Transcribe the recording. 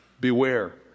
Beware